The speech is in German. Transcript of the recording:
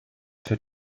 für